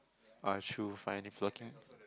uh true fine is looking